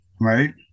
right